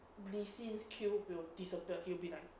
lee sin kill will disappear he'll be like